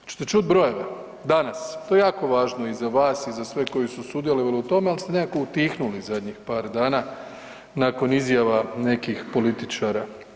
Hoćete ćuti brojeve, danas to je jako važno i za vas i za sve koji su sudjelovali u tome, ali ste nekako utihnuli zadnjih par dana nakon izjava nekih političara.